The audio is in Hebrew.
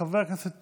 חבר הכנסת